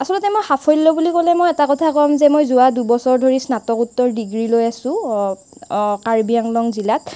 আচলতে মই সাফল্য বুলি ক'লে মই এটা কথা ক'ম যে মই যোৱা দুবছৰ ধৰি স্নাতকোত্তৰ ডিগ্ৰী লৈ আছোঁ কাৰ্বি আংলং জিলাত